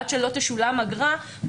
עד שלא תשולם אגרה,